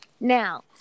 Now